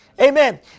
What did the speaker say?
Amen